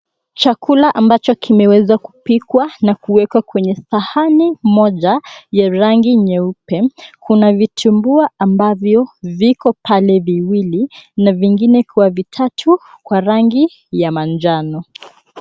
Chakula ambacho kimeweza kupikwa na kuwekwa kwenye sahani moja ya rangi nyeupe. Kuna vitumbua ambavyo viko pale viwili na vingine kwa vitatu kwa rangi ya manjano.